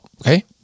okay